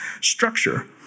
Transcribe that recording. structure